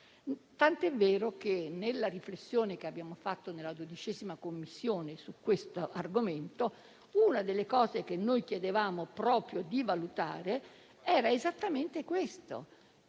tanto è vero che nella riflessione che abbiamo fatto nella 12a Commissione su questo argomento una delle cose che chiedevamo proprio di valutare era esattamente a